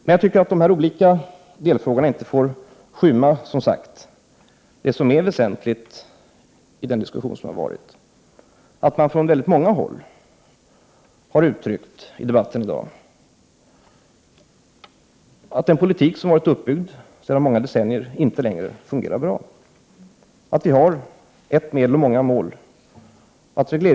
De olika delfrågorna får, som sagt, inte skymma det som är väsentligt i den diskussion som har förts. Från många håll har det i dag uttryckts att den politik som byggts upp under många decennier inte längre fungerar bra. Vi har ett medel, men vi har många mål.